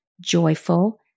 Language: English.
joyful